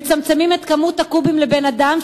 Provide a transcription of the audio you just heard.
מצמצמים את כמות הקוב לבן-אדם,